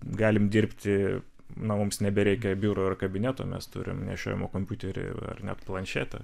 galim dirbti na mums nebereikia biuro ir kabineto mes turim nešiojamą kompiuterį ar net planšetę